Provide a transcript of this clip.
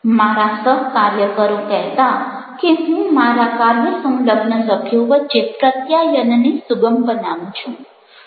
મારા સહકાર્યકરો કહેતા કે હું મારા કાર્ય સંલગ્ન સભ્યો વચ્ચે પ્રત્યાયનને સુગમ બનાવું છું